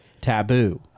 taboo